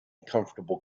comfortable